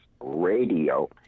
radio